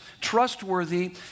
trustworthy